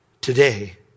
Today